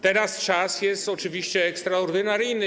Teraz czas jest oczywiście ekstraordynaryjny.